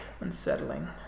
unsettling